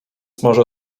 może